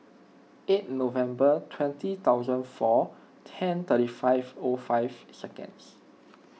eight November twenty thousand four ten thirteen five O five seconds